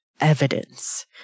evidence